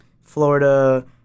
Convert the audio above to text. Florida